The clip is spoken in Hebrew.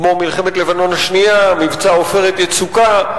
כמו מלחמת לבנון השנייה, מבצע "עופרת יצוקה"